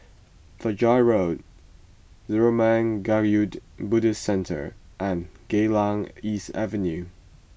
Fajar Road Zurmang Kagyud Buddhist Centre and Geylang East Avenue